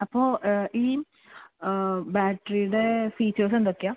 അപ്പോൾ ഈ ബാറ്ററിയുടെ ഫീച്ചേഴ്സ് എന്തൊക്കെയാണ്